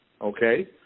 okay